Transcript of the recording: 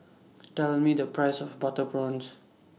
Tell Me The Price of Butter Prawns